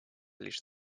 лишь